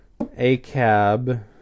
ACAB